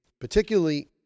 particularly